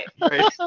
Right